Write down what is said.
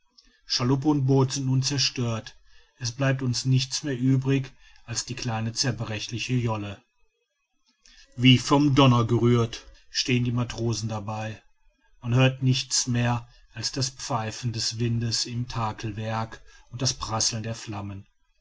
schaluppe und boot sind nun zerstört es bleibt uns nichts mehr übrig als die kleine zerbrechliche jolle wie vom donner gerührt stehen die matrosen dabei man hört nichts mehr als das pfeifen des windes im takelwerk und das prasseln der flammen